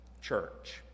church